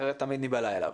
אחרת תמיד ניבלע אליו.